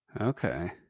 Okay